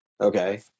Okay